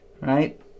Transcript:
Right